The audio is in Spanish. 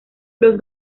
los